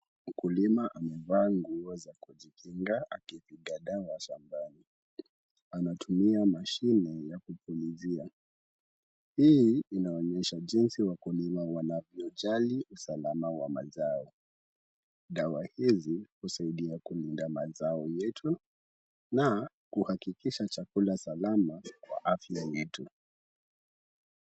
Mkulima amevaa nguo za kujikinga akipiga dawa shambani. Anatumia mashine ya kupulizia. Hii inaonyesha jinsi wakulima wanavyojali usalama wa mazao. Dawa hizi husaidia kulinda mazao yetu na kuhakikisha chakula salama kwa afya yetu.